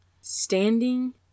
standing